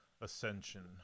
ascension